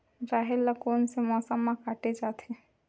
राहेर ल कोन से मौसम म काटे जाथे?